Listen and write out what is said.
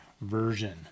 Version